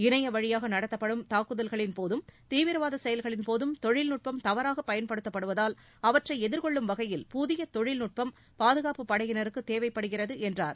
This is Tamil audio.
இணைய வழியாக நடத்தப்படும் தாக்குதல்களின்போதும் தீவிரவாதச் செயல்களின் போதும் தொழில்நுட்பம் தவறாகப் பயன்படுத்துவதால் அவற்றை எதிர்கொள்ளும் வகையில் புதிய தொழில்நுட்பம் பாதுகாப்புப் படையினருக்குத் தேவைப்படுகிறது என்றார்